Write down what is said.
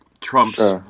Trump's